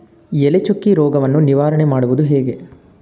ಎಲೆ ಚುಕ್ಕಿ ರೋಗವನ್ನು ನಿವಾರಣೆ ಮಾಡುವುದು ಹೇಗೆ?